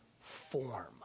form